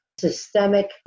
systemic